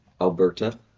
Alberta